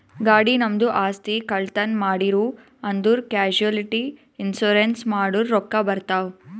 ಗಾಡಿ, ನಮ್ದು ಆಸ್ತಿ, ಕಳ್ತನ್ ಮಾಡಿರೂ ಅಂದುರ್ ಕ್ಯಾಶುಲಿಟಿ ಇನ್ಸೂರೆನ್ಸ್ ಮಾಡುರ್ ರೊಕ್ಕಾ ಬರ್ತಾವ್